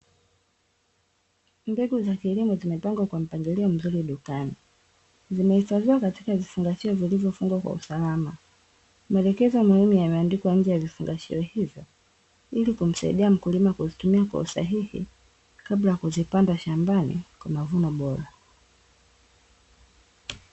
Mbegu za kilimo zimepangwa kwa mpangilio mzuri dukani. Zimehifadhiwa katika vifungashio vilivyofungwa kwa usalama, maelekezo ya muhimu yameandikwa nje ya vifungashio hivyo ilikumsaidia mkulima kuvitumia kwa usahihi kabla ya kuzipanda shambani kwa mavuno bora.